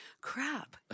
crap